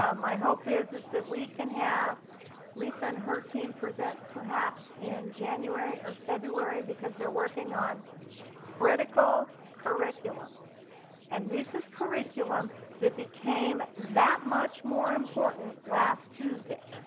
um my hope is is that we can have lisa and her team present perhaps in january or february because they are working on critical curriculum and this is curriculum that became that much more important last tuesday.